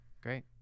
Great